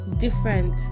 different